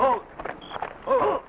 oh oh